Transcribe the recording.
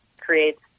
creates